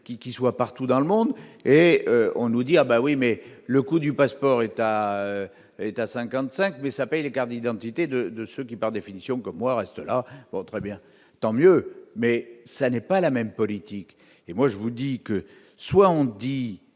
qui soit partout dans le monde et on nous dit : ah bah oui mais le coût du passeport, état état 55 mais s'appelle d'identités de de ce qui par définition comme moi restent la bon très bien, tant mieux, mais ça n'est pas la même politique et moi je vous dis que soit on dit